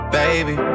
baby